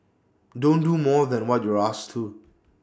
don't do more than what you're asked to